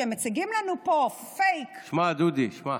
כשהם מציגים לנו פה פייק, שמע, דודי, שמע.